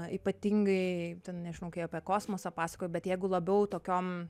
ypatingai ten nežinau kai apie kosmosą pasakoju bet jeigu labiau tokiom